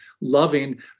loving